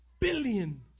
Billion